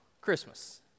Christmas